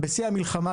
בשיא המלחמה,